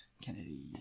Kennedy